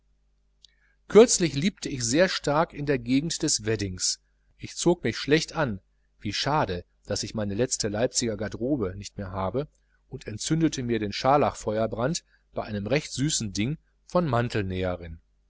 kürzlich liebte ich sehr stark in der gegend des weddings ich zog mich schlecht an wie schade daß ich meine letzte leipziger garderobe nicht mehr habe und entzündete den scharlachfeuerbrand bei einem recht süßen ding von